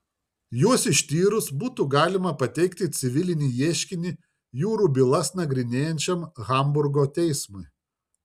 juos ištyrus būtų galima pateikti civilinį ieškinį jūrų bylas nagrinėjančiam hamburgo teismui